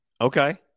Okay